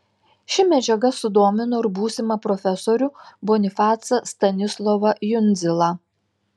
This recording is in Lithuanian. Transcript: ši medžiaga sudomino ir būsimą profesorių bonifacą stanislovą jundzilą